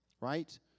right